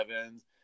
Evans